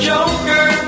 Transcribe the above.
Joker